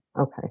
Okay